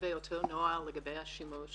לגבי אותו נוהל, לגבי השימוש.